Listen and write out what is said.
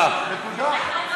נקודה.